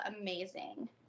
amazing